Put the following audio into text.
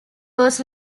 was